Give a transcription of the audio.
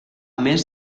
més